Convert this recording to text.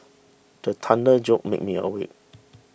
the thunder jolt me awake